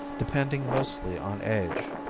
depending mostly on age.